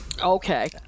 Okay